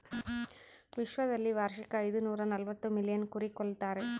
ವಿಶ್ವದಲ್ಲಿ ವಾರ್ಷಿಕ ಐದುನೂರನಲವತ್ತು ಮಿಲಿಯನ್ ಕುರಿ ಕೊಲ್ತಾರೆ